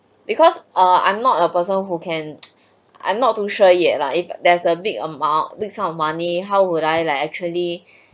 because uh I'm not a person who can I'm not too sure yet lah if there's a big amount of money how would I like actually